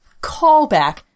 callback